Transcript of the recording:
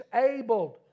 disabled